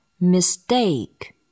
Mistake